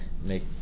make